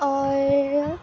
اور